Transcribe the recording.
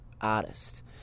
artist